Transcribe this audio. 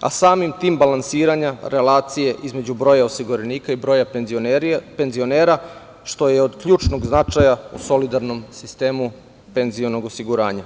a samim tim balansiranja relacije između broja osiguranika i broja penzionera, što je od ključnog značaja u solidarnom sistemu penzionog osiguranja.